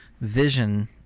vision